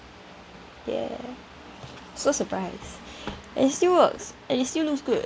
yeah so surprised it still works and it still looks good